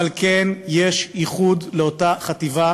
אבל כן יש ייחוד לאותה חטיבה